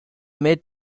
mid